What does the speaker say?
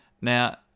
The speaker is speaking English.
Now